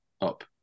up